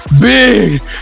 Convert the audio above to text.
big